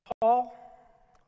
Paul